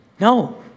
No